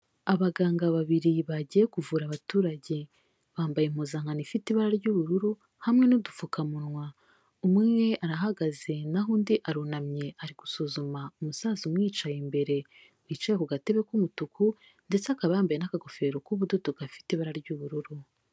Abaganga babiri, bagiye kuvura abaturage. Bambaye impuzankano ifite ibara ry'ubururu, hamwe n'udupfukamunwa. Umwe arahagaze, naho undi arunamye, ari gusuzuma, umusaza umwicaye imbere, wicaye ku gatebe k'umutuku, ndetse akaba yambaye n'akagofero k'ubudodo gafite ibara ry'ubururu.